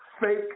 fake